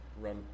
run